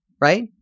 Right